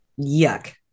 Yuck